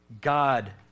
God